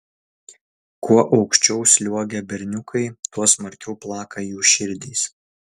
kuo aukščiau sliuogia berniukai tuo smarkiau plaka jų širdys